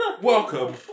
Welcome